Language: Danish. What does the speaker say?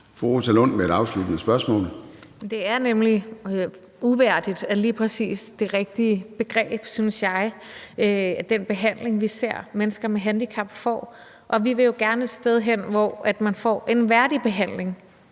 Fru Rosa Lund med et afsluttende spørgsmål. Kl. 14:02 Rosa Lund (EL): Det er nemlig uværdigt – det er lige præcis det rigtige begreb, synes jeg – med den behandling, vi ser at mennesker med handicap får. Vi vil jo gerne et sted hen, hvor man får en værdig behandling,